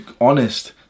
honest